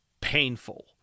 painful